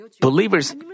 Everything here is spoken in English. believers